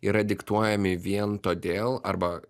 yra diktuojami vien todėl arba